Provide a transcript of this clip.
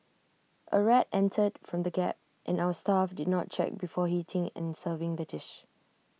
A rat entered from the gap and our staff did not check before heating and serving the dish